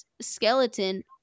skeleton